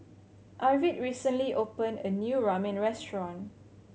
Arvid recently opened a new Ramen Restaurant